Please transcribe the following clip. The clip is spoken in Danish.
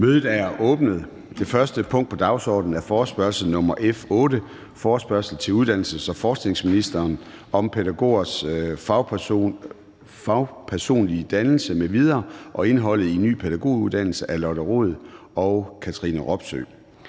den 24. maj 2023 kl. 10.00 Dagsorden 1) Forespørgsel nr. F 8: Forespørgsel til uddannelses- og forskningsministeren om pædagogers fagpersonlige dannelse m.v. og indholdet i en ny pædagoguddannelse. Af Lotte Rod (RV) og Katrine Robsøe